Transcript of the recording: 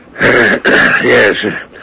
Yes